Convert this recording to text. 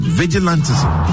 vigilantism